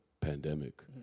pandemic